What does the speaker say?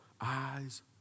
eyes